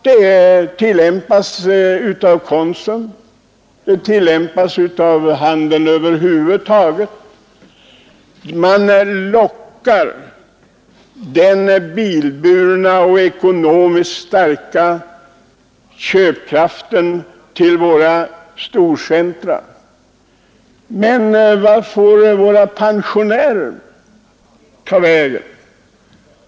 Den prispolitiken tillämpas av Konsum och den tillämpas av handeln över huvud taget. Man lockar de bilburna och ekonomiskt starka köparna till storcentra. Men var får pensionärerna göra sina uppköp?